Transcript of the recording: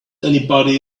anybody